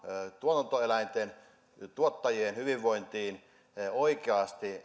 tuotantoeläinten ja tuottajien hyvinvointiin oikeasti